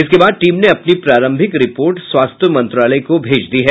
इसके बाद टीम ने अपनी प्रारंभिक रिपोर्ट स्वास्थ्य मंत्रालय को भेज दी है